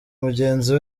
mugenzi